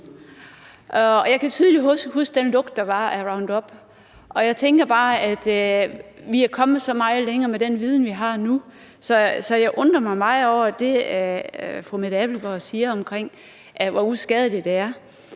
Jeg kan tydeligt huske den lugt af Roundup, der var, og jeg tænker bare, at vi er kommet så meget længere med den viden, vi har nu, at jeg undrer mig meget over det, fru Mette Abildgaard siger, om, hvor uskadeligt det er.